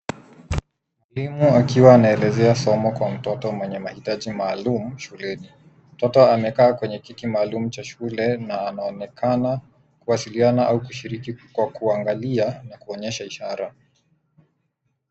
Mwalimu akiwa anaelezea somo kwa mtoto mwenye mahitaji maalum shuleni. Mtoto amekaa kwenye kiti maalum cha shule na anaonekana kuwasiliana au kushiriki kwa kuangalia na kuonyesha ishara.